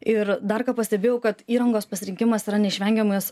ir dar ką pastebėjau kad įrangos pasirinkimas yra neišvengiamas